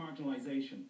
marginalisation